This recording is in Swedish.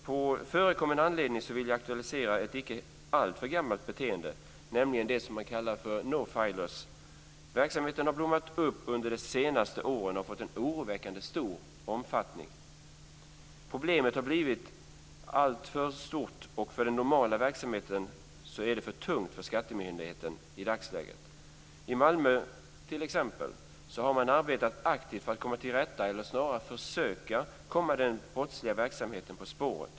På förekommen anledning vill jag aktualisera ett icke alltför gammalt beteende, nämligen det som man kallar non filers. Verksamheten har blommat upp under de senaste åren och har fått en oroväckande stor omfattning. Problemet har blivit alltför stort för den normala verksamheten, och i dagsläget är det för tungt för skattemyndigheten. I t.ex. Malmö har man arbetat aktivt för att komma till rätta med detta, eller snarare försöka komma den brottsliga verksamheten på spåret.